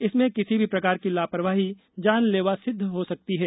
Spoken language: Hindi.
इसमें किसी भी प्रकार की लापरवाही जानलेवा सिद्ध हो सकती है